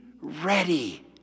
ready